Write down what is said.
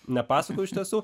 nepasakojau iš tiesų